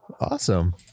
awesome